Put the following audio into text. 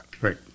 Right